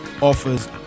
offers